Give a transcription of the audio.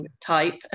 type